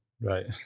Right